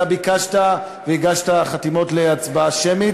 אתה ביקשת והגשת חתימות להצבעה שמית.